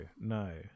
no